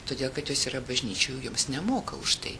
todėl kad jos yra bažnyčių ir joms nemoka už tai